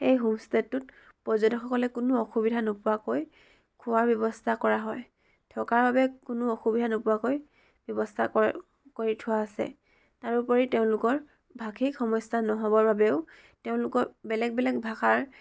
এই হোমষ্টেটোত পৰ্যটকসকলে কোনো অসুবিধা নোপোৱাকৈ খোৱাৰ ব্যৱস্থা কৰা হয় থকাৰ বাবে কোনো অসুবিধা নোপোৱাকৈ ব্যৱস্থা কৰে কৰি থোৱা আছে তাৰোপৰি তেওঁলোকৰ ভাষিক সমস্যা নহ'বৰ বাবেও তেওঁলোকৰ বেলেগ বেলেগ ভাষাৰ